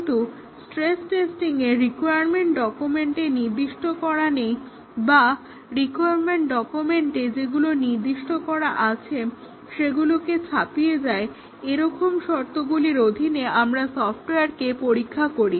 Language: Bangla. কিন্তু স্ট্রেস টেস্টিংয়ে রিকোয়ারমেন্ট ডকুমেন্টে নির্দিষ্ট করা নেই বা রিকোয়ারমেন্ট ডকুমেন্টে যেগুলো নির্দিষ্ট করা আছে সেগুলোকে ছাপিয়ে যায় এই রকম শর্তগুলির অধীনে আমরা সফটওয়্যারগুলিকে পরীক্ষা করি